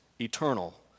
eternal